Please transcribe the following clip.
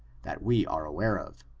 that we are aware of.